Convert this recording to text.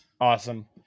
Awesome